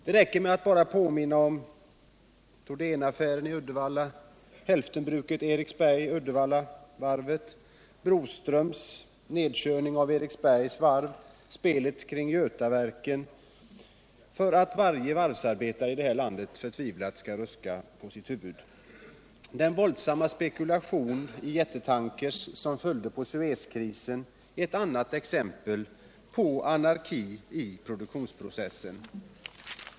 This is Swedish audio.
Man behöver bara nämna Thordénaffären i Uddevalla, hälftenbruket i Eriksberg, Uddevallavarvet, Broströms nedkörning av Eriksbergs varv och spelet kring Götaverken för att varje varvsarbetare i vårt land förtvivlat skall ruska på huvudet. Den våldsamma spekulation i jättetankrar, som följde efter Suezkrisen, är ett annat exempel på anarki i produktionsprocessen.